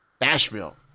nashville